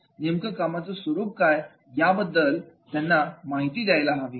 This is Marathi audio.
नेमकं कामाचं स्वरूप काय आहे याबद्दल त्यांना माहिती द्यायला हवी